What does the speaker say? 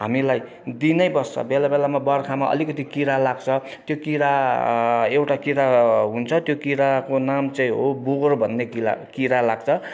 हामीलाई दिई नै बस्छ बेला बेलामा बर्खामा अलिकति किरा लाग्छ त्यो किरा एउटा किरा हुन्छ त्यो किराको नाम चाहिँ हो बुगर भन्ने किरा किरा लाग्छ